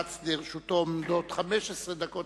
בבקשה, עומדות לרשותך 15 דקות.